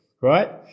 right